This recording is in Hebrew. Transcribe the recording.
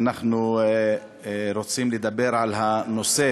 ואנחנו רוצים לדבר על הנושא